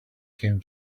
came